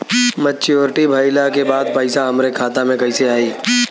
Maturity भईला के बाद पईसा हमरे खाता में कइसे आई?